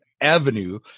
avenue